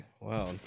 Wow